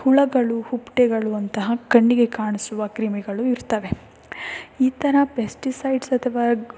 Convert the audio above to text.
ಹುಳಗಳು ಹುಪ್ಟೆಗಳು ಅಂತಹ ಕಣ್ಣಿಗೆ ಕಾಣಿಸುವ ಕ್ರಿಮಿಗಳು ಇರ್ತವೆ ಈ ಥರ ಪೆಸ್ಟಿಸೈಡ್ಸ್ ಅಥವಾ